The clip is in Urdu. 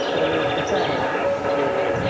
سر ایسا ہے کہ